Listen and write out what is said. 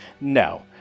No